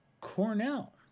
cornell